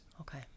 Okay